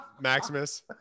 Maximus